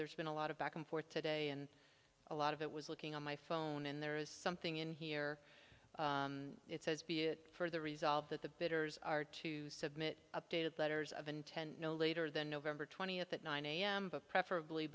there's been a lot of back and forth today and a lot of it was looking on my phone and there is something in here it says be it further resolved that the bidders are to submit updated letters of intent no later than november twentieth at nine am preferably